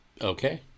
okay